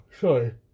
Sorry